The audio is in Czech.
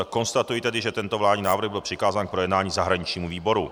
Konstatuji tedy, že tento vládní návrh byl přikázán k projednání zahraničnímu výboru.